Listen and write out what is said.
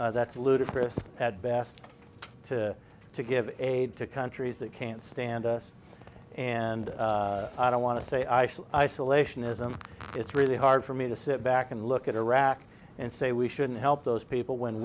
that's ludicrous at best to to give aid to countries that can't stand and i don't want to say isolationism it's really hard for me to sit back and look at iraq and say we shouldn't help those people when